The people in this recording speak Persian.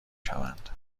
شوند